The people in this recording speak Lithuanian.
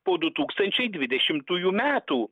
po du tūkstančiai dvidešimtųjų metų